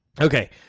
Okay